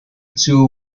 too